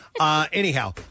Anyhow